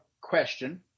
question